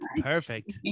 perfect